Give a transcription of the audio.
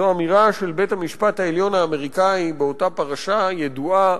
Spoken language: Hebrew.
זו אמירה של בית-המשפט העליון האמריקני באותה פרשה ידועה